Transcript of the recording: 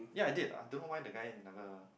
ya I did I don't know what the guy he never